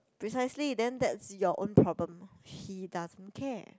precisely then that's your own problem he doesn't care